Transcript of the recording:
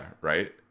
right